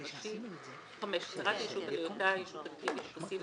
הראשי; הצהרת הישות על היותה ישות אקטיבית או פאסיבית,